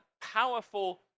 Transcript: powerful